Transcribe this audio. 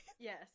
Yes